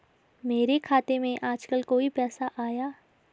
मेरे खाते में आजकल कोई पैसा आया?